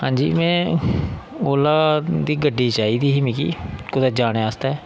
हां जी में ओला दी गड्डी चाहिदी मिगी कुदै जाने आस्तै